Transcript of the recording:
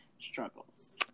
struggles